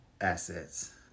assets